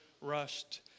rushed